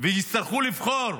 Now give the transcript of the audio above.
ויצטרכו לבחור